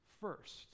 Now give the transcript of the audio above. first